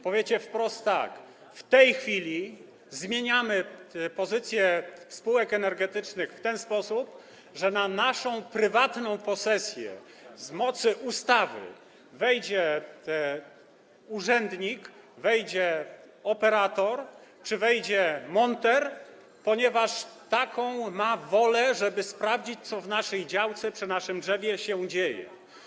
Powiecie wprost tak: w tej chwili zmieniamy pozycję spółek energetycznych w ten sposób, że na naszą prywatną posesję z mocy ustawy wejdzie urzędnik, wejdzie operator, wejdzie monter, ponieważ ma wolę, żeby sprawdzić, co na naszej działce przy naszym drzewie się dzieje.